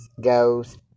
goes